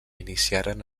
iniciaren